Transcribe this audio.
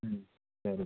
ம் சரி